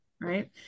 Right